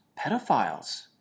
pedophiles